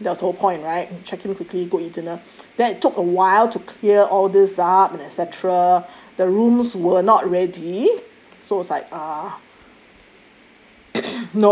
that was whole point right check in quickly go eat dinner then it took awhile to clear all these up and etcetera the rooms were not ready so it's like uh